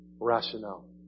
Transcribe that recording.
rationale